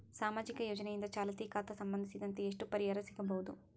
ಸಾಮಾಜಿಕ ಯೋಜನೆಯಿಂದ ಚಾಲತಿ ಖಾತಾ ಸಂಬಂಧಿಸಿದಂತೆ ಎಷ್ಟು ಪರಿಹಾರ ಸಿಗಬಹುದು?